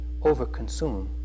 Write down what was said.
overconsume